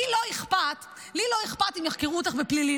לי לא אכפת אם יחקרו אותך בפלילים.